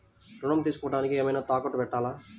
ఋణం తీసుకొనుటానికి ఏమైనా తాకట్టు పెట్టాలా?